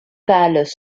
pâles